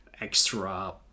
extra